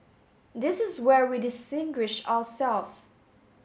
this is where we distinguish ourselves